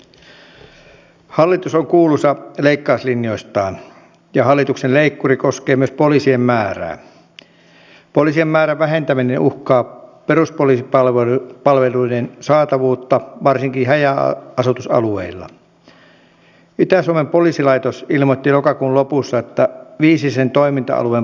kuuntelin äsken korva tarkkana ministerin vastausta tästä digitaalisesta tunnistautumismahdollisuudesta siis muutoin kuin pankkitunnusten kautta mutta voisiko vielä siis saada selkokielellä onko tämä jatkossa tulossa meidän kansalaisille tällaisena kansalaisoikeutena ja pääsemme eroon tästä pankkitunnusriippuvuudesta